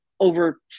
over